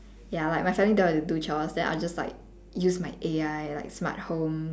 ya like my family don't have to do chores then I'll just like use my A_I like smart home